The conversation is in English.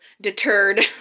deterred